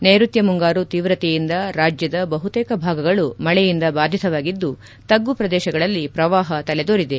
ನೈರುತ್ಯ ಮುಂಗಾರು ತೀವ್ರತೆಯಿಂದ ರಾಜ್ಯದ ಬಹುತೇಕ ಭಾಗಗಳು ಮಳೆಯಿಂದ ಬಾಧಿತವಾಗಿದ್ದು ತಗ್ಗು ಪ್ರದೇಶಗಳಲ್ಲಿ ಪ್ರವಾಹ ತಲೆದೋರಿದೆ